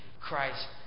Christ